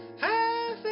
Half